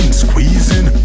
squeezing